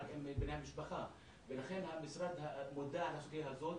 רק עם בני המשפחה ולכן המשרד מודע לסוגיה הזאת